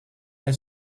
est